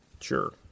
Sure